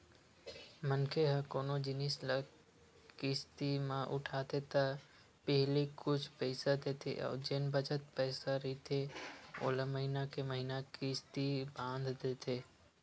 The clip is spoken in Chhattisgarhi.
मनखे ह कोनो जिनिस ल किस्ती म उठाथे त पहिली कुछ पइसा देथे अउ जेन बचत पइसा रहिथे ओला महिना के महिना किस्ती बांध देथे